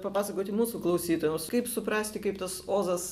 papasakoti mūsų klausytojams kaip suprasti kaip tas ozas